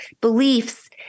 beliefs